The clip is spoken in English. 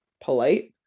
polite